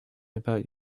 about